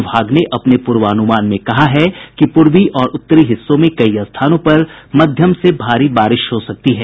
विभाग ने अपने पूर्वानुमान में कहा है कि पूर्वी और उत्तरी हिस्सों में कई स्थानों पर मध्यम से भारी बारिश हो सकती है